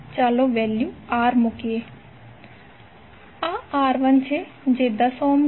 ચાલો વેલ્યુ મૂકીએ આ R1 છે જે 10 ઓહ્મ છે